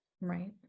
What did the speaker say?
right